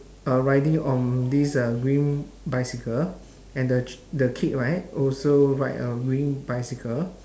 uh riding on this uh green bicycle and the k~ the kid right also ride on green bicycle